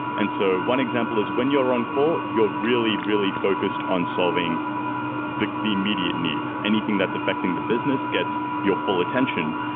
and so one example is when you're on call, you're really, really focused on solving the the immediate needs. anything that's affecting the business gets your full attention.